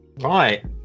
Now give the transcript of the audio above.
Right